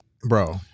Bro